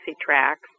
tracks